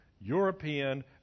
European